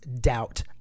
doubt